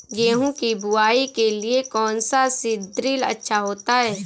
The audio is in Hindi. गेहूँ की बुवाई के लिए कौन सा सीद्रिल अच्छा होता है?